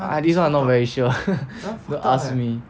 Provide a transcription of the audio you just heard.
ah this [one] I not sure don't ask me